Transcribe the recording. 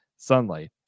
sunlight